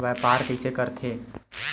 व्यापार कइसे करथे?